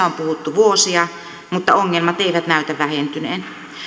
on puhuttu vuosia mutta ongelmat eivät näytä vähentyneen